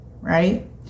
right